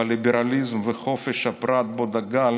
הליברליזם וחופש הפרט שבהם